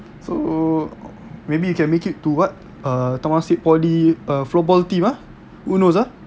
so maybe you can make it to what uh Temasek poly uh floor ball team ah who knows ah